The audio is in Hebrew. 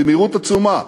במהירות עצומה.